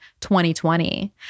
2020